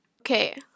okay